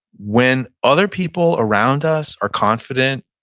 when other people around us are confident,